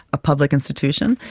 a public institution.